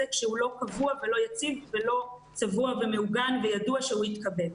כשהוא לא קבוע ולא יציב ולא צבוע מעוגן וידוע שהוא יתקבל.